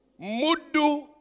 Mudu